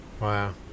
Wow